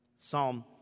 Psalm